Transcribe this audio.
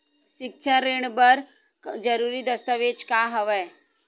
सिक्छा ऋण बर जरूरी दस्तावेज का हवय?